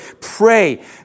Pray